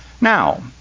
Now